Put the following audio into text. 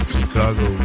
Chicago